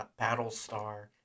Battlestar